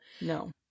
No